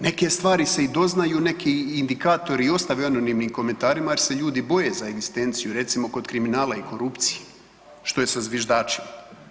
Neke stvari se i doznaju, neki indikatori i ostave u anonimnim komentarima jer se ljudi boje za egzistenciju, recimo kod kriminala i korupcije što je sa zviždačima.